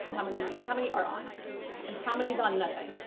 how many how many are on? and how many's on nothing?